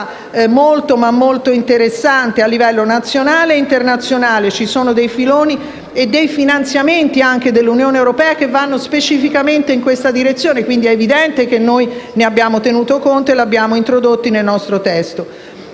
valenza molto interessante a livello nazionale e internazionale. Ci sono finanziamenti dell'Unione europea che vanno specificamente in questa direzione, quindi ne abbiamo tenuto conto e lo abbiamo introdotto nel nostro testo.